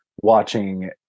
watching